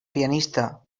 pianista